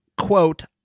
quote